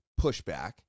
pushback